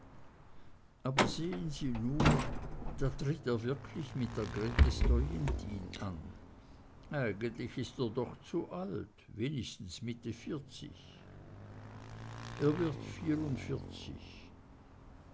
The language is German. aber sehen sie nur da tritt er wirklich mit der grete stojentin an eigentlich ist er doch zu alt wenigstens mitte vierzig er wird vierundvierzig